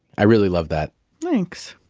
i really love that thanks.